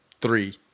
three